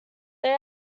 they